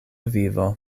vivo